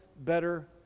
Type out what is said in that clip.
better